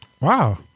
Wow